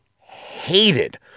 hated